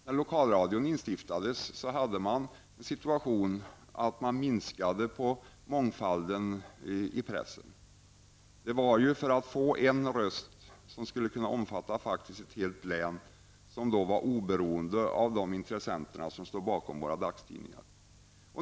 När Lokalradion instiftades minskade man på mångfalden i pressen. Man gjorde detta för att få en röst som faktiskt skulle kunna omfatta ett helt län och som var oberoende av de intressenter som står bakom våra dagstidningar.